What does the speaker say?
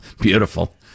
Beautiful